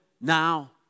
now